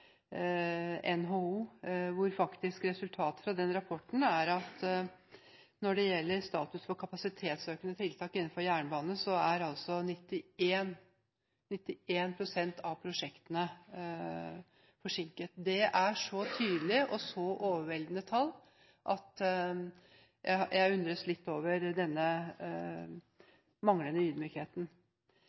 NHO, hvor resultatet når det gjelder status for kapasitetsøkende tiltak innenfor jernbanen, er at 91 pst. av prosjektene faktisk er forsinket. Det er så tydelige og så overveldende tall at jeg undres litt over denne manglende ydmykheten.